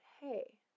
hey